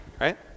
right